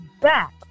back